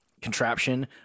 contraption